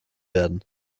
werden